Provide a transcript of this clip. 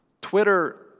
Twitter